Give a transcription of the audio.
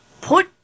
put